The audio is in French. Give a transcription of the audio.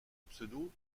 pseudo